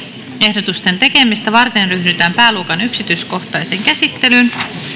ehdotusten tekemistä varten ryhdytään nyt pääluokan yksityiskohtaiseen käsittelyyn